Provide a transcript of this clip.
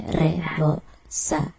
rebosa